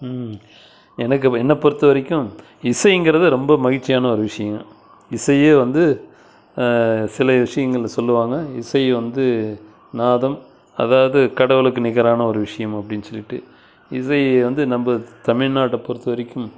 எனக்கு அப்போ என்ன பொறுத்த வரைக்கும் இசைங்கிறது ரொம்ப மகிழ்ச்சியான ஒரு விஷியம் இசையே வந்து சில விஷியங்களில் சொல்வாங்க இசை வந்து நாதம் அதாவது கடவுளுக்கு நிகரான ஒரு விஷயம் அப்படின்னு சொல்லிவிட்டு இசை வந்து நம்ப தமிழ்நாட்டை பொறுத்த வரைக்கும்